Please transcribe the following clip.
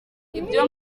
ibyo